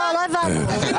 לא הבנתי.